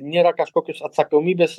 nėra kažkokios atsakomybės